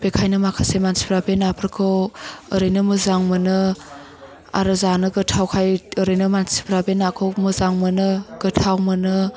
बेखायनो माखासे मानसिफ्रा बे नाफोरखौ ओरैनो मोजां मोनो आरो जानो गोथावखाय ओरैनो मानसिफ्रा बे नाखौ मोजां मोनो गोथाव मोनो